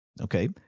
okay